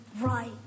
right